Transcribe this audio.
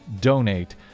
donate